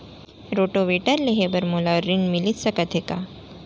Rotavator लेहे बर मोला ऋण मिलिस सकत हे का?